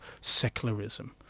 secularism